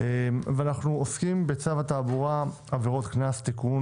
אנחנו עוסקים בצו התעבורה (עבירות קנס) (תיקון)